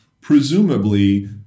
Presumably